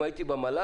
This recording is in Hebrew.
אם הייתי במל"ג,